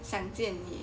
想见你